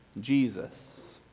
Jesus